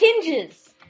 hinges